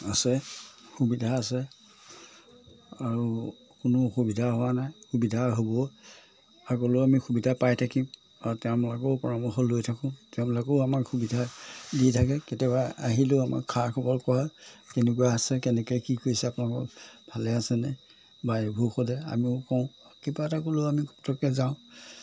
আছে সুবিধা আছে আৰু কোনো অসুবিধা হোৱা নাই সুবিধা হ'ব আগলৈও আমি সুবিধা পাই থাকিম আৰু তেওঁলোকৰো পৰামৰ্শ লৈ থাকোঁ তেওঁলোকেও আমাক সুবিধা দি থাকে কেতিয়াবা আহিলেও আমাক খা খবৰ কোৱা কেনেকুৱা আছে কেনেকৈ কি কৰিছে আপোনালোক ভালে আছেনে বা এইবোৰ সদায় আমিও কওঁ কিবা এটা ক'লেও আমি পতককৈ যাওঁ